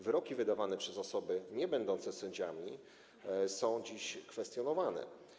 Wyroki wydawane przez osoby niebędące sędziami są dziś kwestionowane.